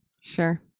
Sure